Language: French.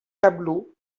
tableaux